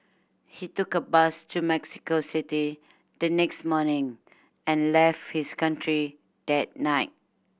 he took a bus to Mexico City the next morning and left his country that night